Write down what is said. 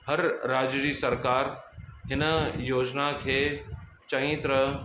हर राज्य जी सरकारु हिन योजना खे चङी तरह